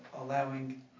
allowing